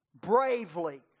bravely